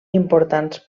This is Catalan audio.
importants